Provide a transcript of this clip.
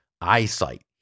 eyesight